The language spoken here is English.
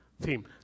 theme